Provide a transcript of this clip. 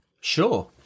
Sure